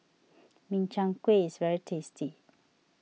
Min Chiang Kueh is very tasty